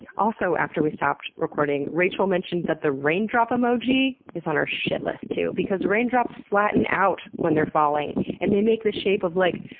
also, after we stopped recording, rachel mentioned that the raindrop emoji is on her shit list too, because raindrops flatten out when they're falling, and they make the shape of like,